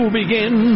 begin